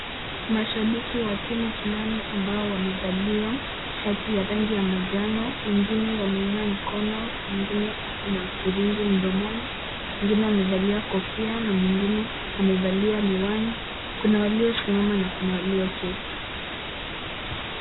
Mashabiki wa timu fulani ambao wamevalia shati ya rangi ya manjano wengine wameinua mikono, mwingine ako na firimbi mdomoni, mwingine amevalia kofia na mwingine amevalia miwani, kuna waliosimama na kuna walioketi.